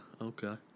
okay